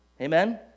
Amen